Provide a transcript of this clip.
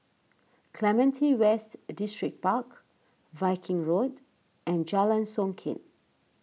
Clementi West Distripark Viking Road and Jalan Songket